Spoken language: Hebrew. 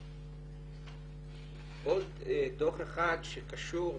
עוד דוח אחד שקשור